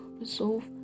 resolve